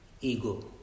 ego